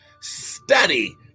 study